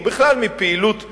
או בכלל של פעילות כלכלית,